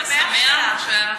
בהנגדה לנאום המאוד-משמח שהיה לך.